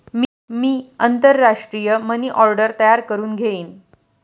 मी आंतरराष्ट्रीय money order तयार करुन घेईन